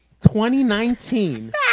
2019